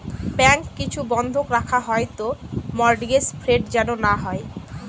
bank কিছু বন্ধক রাখা হয় তো মর্টগেজ ফ্রড যেন না হয়